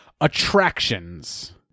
attractions